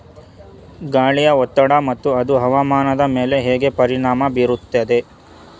ಗಾಳಿಯ ಒತ್ತಡ ಮತ್ತು ಅದು ಹವಾಮಾನದ ಮೇಲೆ ಹೇಗೆ ಪರಿಣಾಮ ಬೀರುತ್ತದೆ?